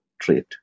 trait